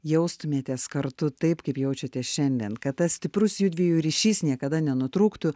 jaustumėtės kartu taip kaip jaučiatės šiandien kad tas stiprus judviejų ryšys niekada nenutrūktų